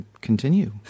Continue